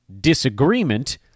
disagreement